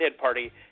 party